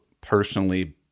personally